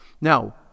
Now